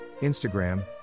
Instagram